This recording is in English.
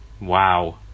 Wow